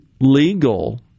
legal